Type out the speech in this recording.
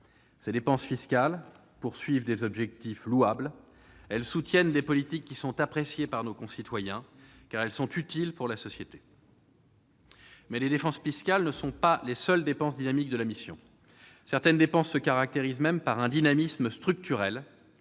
Ces dépenses fiscales poursuivent des objectifs louables. Elles soutiennent des politiques qui sont appréciées par nos concitoyens, car elles sont utiles pour la société. Mais les dépenses fiscales ne sont pas les seules dépenses dynamiques de la mission. Certaines dépenses se caractérisent même par un dynamisme structurel